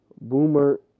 Boomer